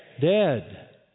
dead